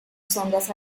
sondas